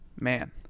Man